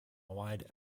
wide